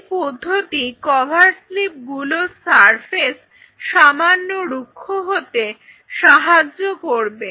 এই পদ্ধতি cover slip গুলোর সারফেস সামান্য রুক্ষ হতে সাহায্য করবে